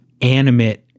animate